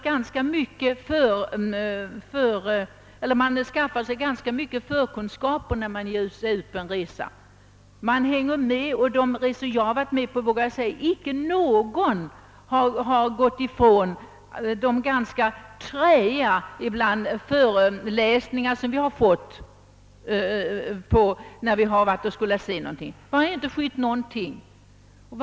Man skaffar sig ganska mycket kunskaper när man ger sig ut på en resa. I samband med de resor som jag deltagit i, har icke någon dragit sig undan från de ofta ganska träiga föreläsningar som vi ibland fått åhöra i samband med studiebesök. Ingen har skytt några mödor.